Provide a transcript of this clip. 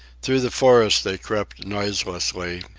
through the forest they crept noiselessly,